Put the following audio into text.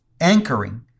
anchoring